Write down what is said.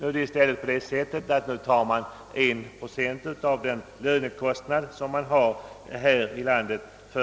I stället tar nu staten in i avgift 1 procent av dess lönekostnader här i landet.